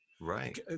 Right